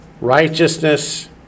Righteousness